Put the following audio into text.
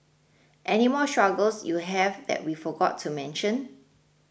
any more struggles you have that we forgot to mention